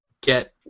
get